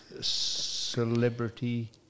celebrity